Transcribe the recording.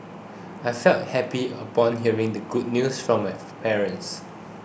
I felt happy upon hearing the good news from my parents